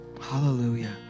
Hallelujah